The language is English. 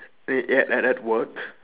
y~ yeah at at work